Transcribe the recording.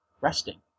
resting